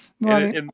Right